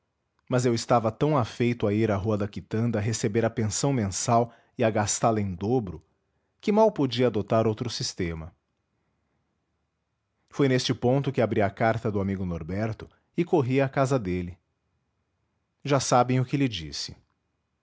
mas eu estava tão afeito a ir a rua da quitanda receber a pensão mensal e a gastá la em dobro que mal podia adotar outro sistema foi neste ponto que abri a carta do amigo norberto e corri à casa dele já sabem o que lhe disse